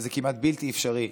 וזה כמעט בלתי אפשרי,